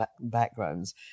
backgrounds